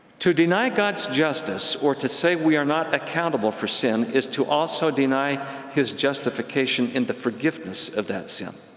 to deny god's justice, or to say we are not accountable for sin, is to also deny his justification in the forgiveness of that sin.